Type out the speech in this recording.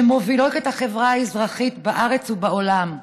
שמובילות את החברה האזרחית בארץ ובעולם,